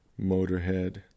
Motorhead